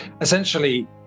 essentially